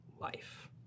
life